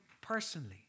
personally